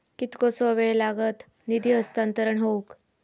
कितकोसो वेळ लागत निधी हस्तांतरण हौक?